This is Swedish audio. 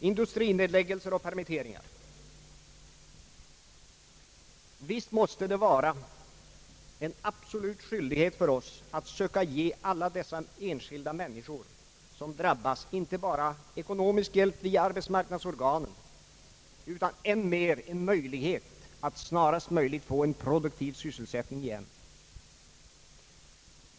Industrinedläggelser och permitteringar — visst måste det vara en absolut skyldighet för oss att söka ge alla de enskilda människor som drabbas inte bara ekonomisk hjälp via arbetsmarknadsorganen utan än mer en möjlighet att snarast få en produktiv sysselsättning igen.